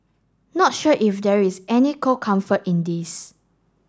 not sure if there is any cold comfort in this